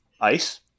ice